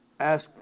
ask